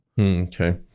Okay